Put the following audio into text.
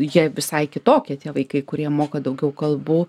jie visai kitokie tie vaikai kurie moka daugiau kalbų